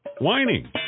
whining